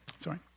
Sorry